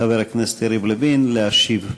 חבר הכנסת יריב לוין, להשיב.